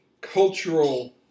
cultural